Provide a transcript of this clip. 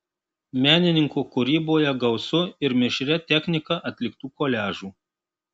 menininko kūryboje gausu ir mišria technika atliktų koliažų